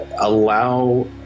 allow